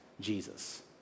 Jesus